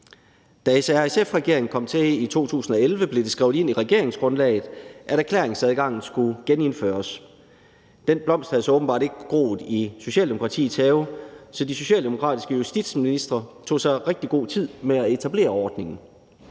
Da SRSF-regeringen kom til i 2011, blev det skrevet ind i regeringsgrundlaget, at erklæringsadgangen skulle genindføres. Den blomst havde så åbenbart ikke groet i Socialdemokratiets have, så de socialdemokratiske justitsministre tog sig rigtig god tid med at etablere ordningen.